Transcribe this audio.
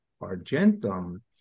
argentum